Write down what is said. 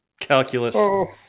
Calculus